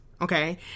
Okay